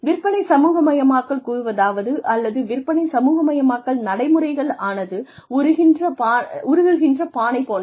விற்பனை சமூகமயமாக்கல் கூறுவதாவது அல்லது விற்பனை சமூகமயமாக்கல் நடைமுறைகள் ஆனது உருகுகின்ற பானை போன்றவை